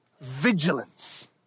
vigilance